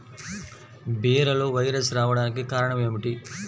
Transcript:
బీరలో వైరస్ రావడానికి కారణం ఏమిటి?